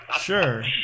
Sure